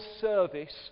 service